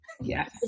Yes